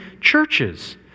churches